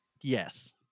Yes